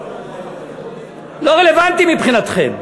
לא רלוונטי מבחינתכם.